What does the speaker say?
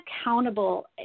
accountable